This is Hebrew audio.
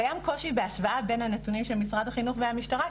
קיים קושי בהשוואה בין הנתונים של משרד החינוך והמשטרה,